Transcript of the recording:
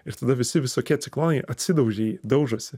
ir tada visi visokie ciklonai atsidaužia į jį daužosi